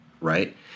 right